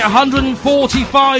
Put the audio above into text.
£145